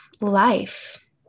life